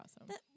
awesome